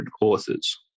authors